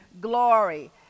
Glory